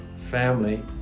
family